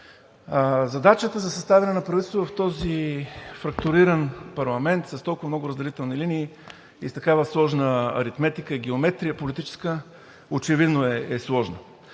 Задачата за съставяне на правителство в този фрактуриран парламент – с толкова много разделителни линии и с такава сложна политическа аритметика и геометрия, очевидно е сложна,